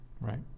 right